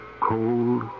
cold